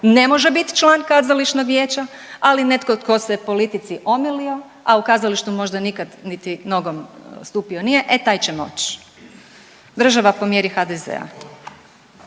ne može biti član kazališnog vijeća, ali netko tko se politici omilio a u kazalištu možda nikada niti nogom nastupio nije e taj će moći. Država po mjeri HDZ-a.